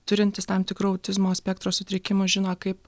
turintys tam tikrų autizmo spektro sutrikimų žino kaip